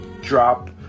drop